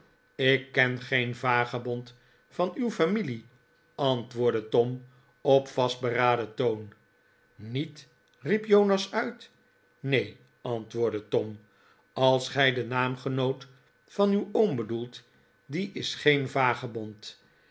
ik ken geen vagebond van uw familie antwoordde tom op vastberaden toon niet riep jonas uit neen antwoordde tom als gij den naamgenoot van uw oom bedoelt die is geen vagebond